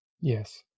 Yes